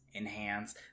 enhance